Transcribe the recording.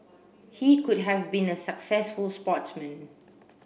he could have been a successful sportsman